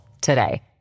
today